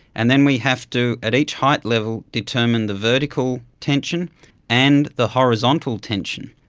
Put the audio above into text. and then we have to at each height level determined the vertical tension and the horizontal tension.